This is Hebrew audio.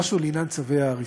משהו לעניין צווי ההריסה: